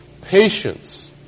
patience